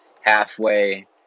halfway